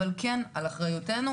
אבל כן על אחריותנו,